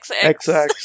XX